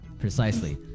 Precisely